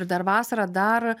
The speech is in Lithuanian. ir dar vasarą dar